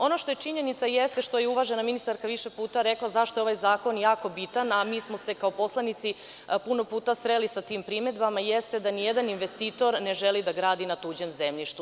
Ono što je činjenica, jeste što je uvažena ministarka više puta rekla zašto je ovaj zakon jako bitan, a mi smo se kao poslanici puno puta sreli sa tim primedbama, jeste da ni jedan investitor ne želi da gradi na tuđem zemljištu.